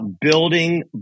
building